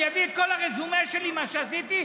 אני אביא את כל הרזומה שלי, מה שעשיתי.